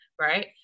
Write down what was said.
right